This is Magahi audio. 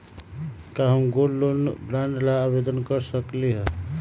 का हम गोल्ड बॉन्ड ला आवेदन कर सकली ह?